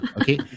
Okay